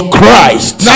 Christ